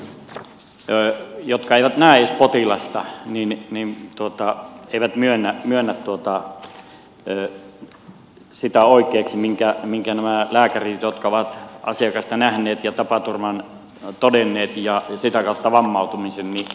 elikkä nämä vastuulääkärit jotka eivät edes näe potilasta eivät myönnä oikeaksi eivätkä ota huomioon näiden lääkäreiden näkemystä jotka ovat asiakasta nähneet ja tapaturman todenneet ja sitä kautta vammautumisen